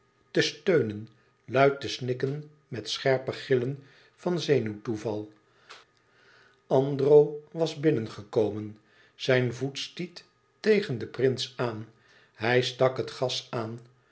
te steenen luid op te snikken met scherpe gillen van zenuwtoeval andro was binnen gekomen zijn voet stiet tegen den prins aan hij stak het gas aan